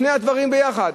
שני הדברים יחד.